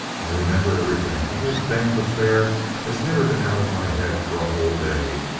i remember everything. the whole damned affair has never been out of my head for a whole day.